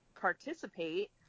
participate